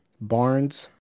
Barnes